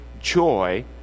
joy